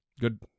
good